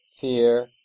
fear